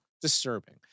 disturbing